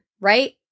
right